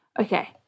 okay